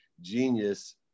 genius